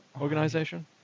organization